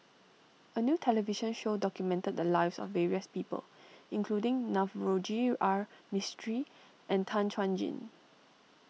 a new television show documented the lives of various people including Navroji R Mistri and Tan Chuan Jin